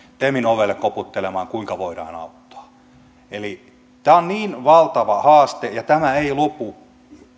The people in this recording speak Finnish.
temin ovelle koputtelemaan kuinka voidaan auttaa tämä on niin valtava haaste ja tämä ei lopu